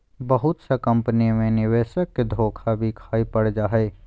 बहुत सा कम्पनी मे निवेशक के धोखा भी खाय पड़ जा हय